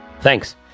Thanks